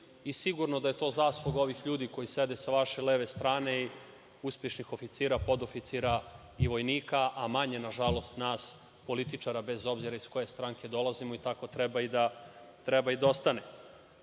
i sigurno da je to zasluga ovih ljudi koji sede sa vaše leve strane i uspešnih oficira, podoficira i vojnika, a manje, na žalost, nas političara, bez obzira iz koje stranke dolazimo i tako treba i da ostane. Nadam